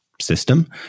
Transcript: system